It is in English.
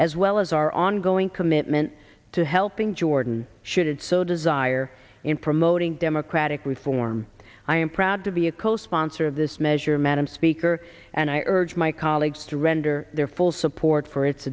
as well as our ongoing commitment to helping jordan should so desire in promoting democratic reform i am proud to be a co sponsor of this measure madam speaker and i urge my colleagues to render their full support for its